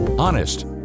Honest